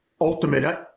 ultimate